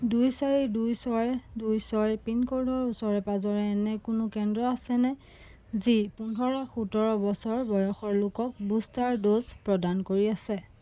দুই চাৰি দুই ছয় দুই ছয় পিনক'ডৰ ওচৰে পাঁজৰে এনে কোনো কেন্দ্ৰ আছেনে যি পোন্ধৰ সোতৰ বছৰ বয়সৰ লোকক বুষ্টাৰ ড'জ প্ৰদান কৰি আছে